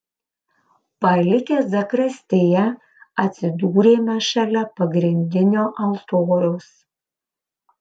palikę zakristiją atsidūrėme šalia pagrindinio altoriaus